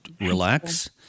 relax